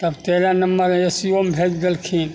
तब तेरह नम्बरमे आई सी यू मे भेज देलखिन